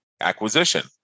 acquisition